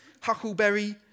Huckleberry